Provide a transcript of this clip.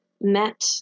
met